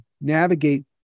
navigate